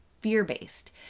fear-based